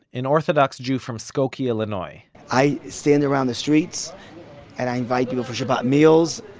an orthodox jew from skokie, illinois i stand around the streets and i invite people for shabbat meals.